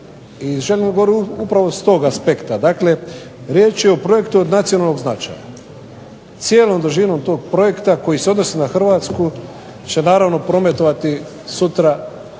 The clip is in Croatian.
I želim govoriti upravo s toga aspekta, dakle riječ je o projektu od nacionalnog značaja. Cijelom dužinom tog projekta koji se odnosi na HRvatsku će naravno prometovati sutra